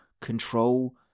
control